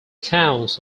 towns